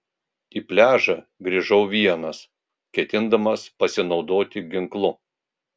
į pliažą grįžau vienas ketindamas pasinaudoti ginklu